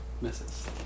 Misses